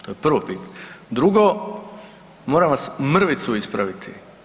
To je prvo, drugo, moram vas mrvicu ispraviti.